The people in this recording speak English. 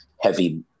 heavy